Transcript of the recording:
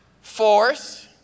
force